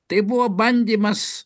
tai buvo bandymas